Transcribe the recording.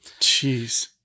Jeez